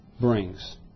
brings